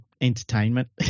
entertainment